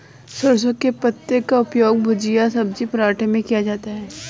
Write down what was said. सरसों के पत्ते का उपयोग भुजिया सब्जी पराठे में किया जाता है